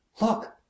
Look